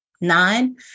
Nine